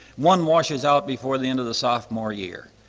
one washes out before the end of the sophomore year,